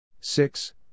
six